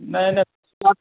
नहि नहि ओ